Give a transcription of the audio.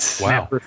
Wow